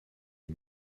est